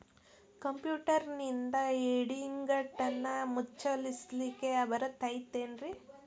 ಕಂಪ್ಯೂಟರ್ನಿಂದ್ ಇಡಿಗಂಟನ್ನ ಮುಚ್ಚಸ್ಲಿಕ್ಕೆ ಬರತೈತೇನ್ರೇ?